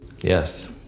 Yes